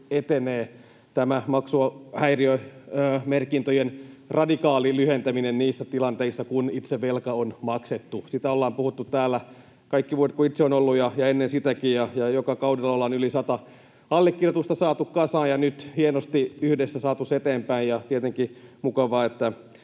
etenee tämä maksuhäiriömerkintöjen radikaali lyhentäminen niissä tilanteissa, kun itse velka on maksettu. Siitä ollaan puhuttu täällä kaikki ne vuodet, kun itse olen täällä ollut, ja ennen sitäkin, ja joka kaudella ollaan yli 100 allekirjoitusta saatu kasaan ja nyt hienosti yhdessä saatu se eteenpäin. Ja on tietenkin mukavaa, että